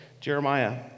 Jeremiah